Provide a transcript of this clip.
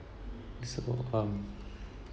visible um